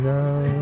now